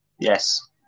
yes